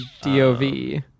D-O-V